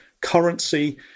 currency